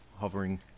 hovering